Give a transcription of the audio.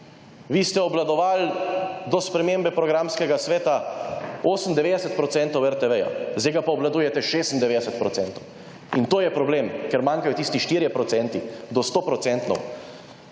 Vi ste obvladovali do spremembe programskega sveta 98 % RTV, zdaj ga pa obvladujete 96 %. In to je problem, ker manjkajo tisti 4 % do 100 %.